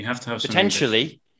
potentially